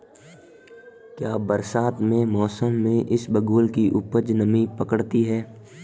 क्या बरसात के मौसम में इसबगोल की उपज नमी पकड़ती है?